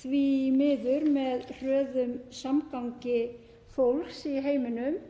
því miður, með hröðum samgangi fólks í heiminum,